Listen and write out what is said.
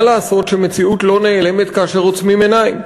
מה לעשות שהמציאות לא נעלמת כאשר עוצמים עיניים?